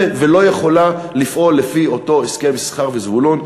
ולא יכולה לפעול לפי אותו הסכם יששכר וזבולון,